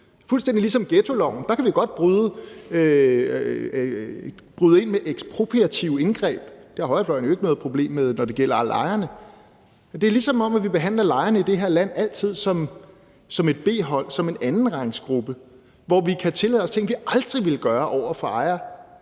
ligesom med ghettoloven. Der kan vi godt bryde ind med ekspropriative indgreb. Det har højrefløjen jo ikke noget problem med, når det gælder lejerne. Det er, som om vi altid behandlerne lejerne i det her land som et B-hold, som en andenrangsgruppe, hvor vi kan tillade os ting, vi aldrig ville gøre over for dem,